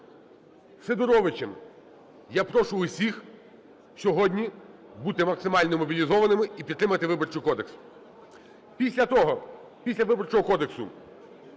Сидоровичем. Я прошу усіх сьогодні бути максимально мобілізованими і підтримати Виборчий кодекс. Після того, після Виборчого кодексу